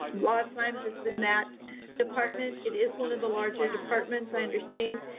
lot of times it's in that department, it is one of the larger departments i understand.